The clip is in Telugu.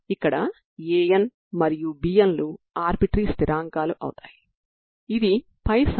ఇక్కడ Anమరియు Bn లు ఆర్బిటరీ స్థిరాంకాలు అవుతాయి సరేనా